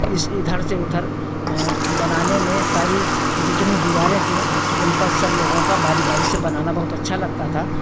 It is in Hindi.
इस इधर से उधर बनाने में सारी जितनी दीवारें थी उन पर सब लोगों का बारी बारी से बनाना बहुत अच्छा लगता था